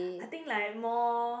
I think like more